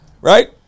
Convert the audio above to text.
right